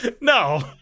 No